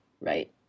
right